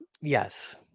Yes